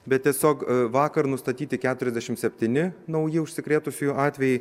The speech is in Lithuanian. bet tiesiog vakar nustatyti keturiasdešim septyni nauji užsikrėtusiųjų atvejai